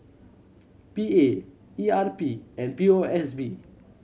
P A E R P and P O S B